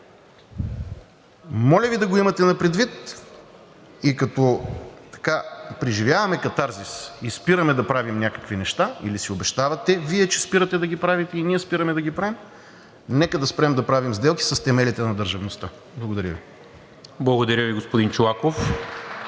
Моля Ви да го имате предвид и като преживяваме катарзис и спираме да правим някакви неща или си обещавате Вие, че спирате да ги правите и ние спираме да ги правим, нека да спрем да правим сделки с темелите на държавността. Благодаря Ви. (Ръкопляскания от